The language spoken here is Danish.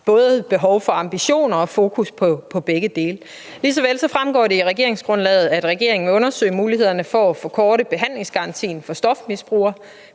har behov for både ambitioner og fokus på begge dele. Lige så vel fremgår det af regeringsgrundlaget, at regeringen vil undersøge mulighederne for at forkorte behandlingsgarantien for stofmisbrugere.